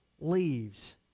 leaves